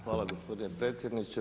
Hvala gospodine predsjedniče.